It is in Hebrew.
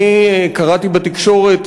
קראתי בתקשורת,